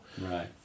Right